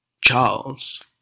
charles